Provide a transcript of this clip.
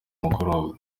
mugoroba